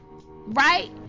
Right